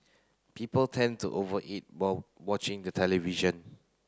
people tend to over eat while watching the television